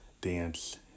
dance